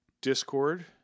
Discord